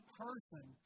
person